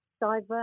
diverse